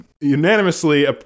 unanimously